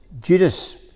Judas